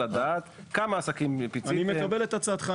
רוצה לדעת כמה עסקים פיציתם -- אני מקבל את הצעתך,